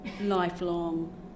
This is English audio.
lifelong